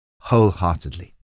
wholeheartedly